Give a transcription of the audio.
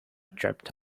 dreamt